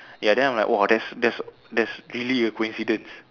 ya then I was like !wah! that's that's that's really a coincidence